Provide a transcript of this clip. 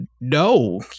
no